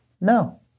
No